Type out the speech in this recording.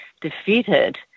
defeated